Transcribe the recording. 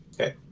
Okay